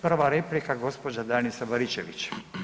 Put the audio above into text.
Prva replika gospođa Danica Baričević.